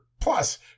plus